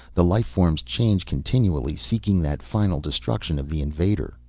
the life forms change continually, seeking that final destruction of the invader.